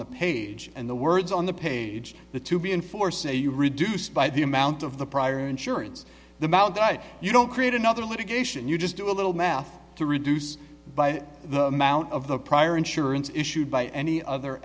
page and the words on the page the to be enforced say you reduced by the amount of the prior insurance the amount that you don't create another litigation you just do a little math to reduce by the amount of the prior insurance issued by any other